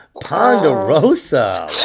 Ponderosa